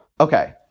okay